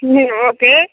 ம் ஓகே